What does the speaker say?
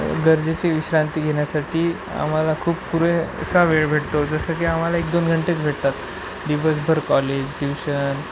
गरजेची विश्रांती घेण्यासाठी आम्हाला खूप पुरेसा वेळ भेटतो जसं की आम्हाला एक दोन घंटेच भेटतात दिवसभर कॉलेज ट्युशन